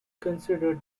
considered